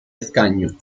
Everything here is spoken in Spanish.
escaño